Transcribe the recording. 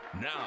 Now